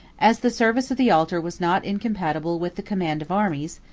as the service of the altar was not incompatible with the command of armies,